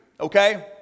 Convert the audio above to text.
Okay